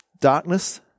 darkness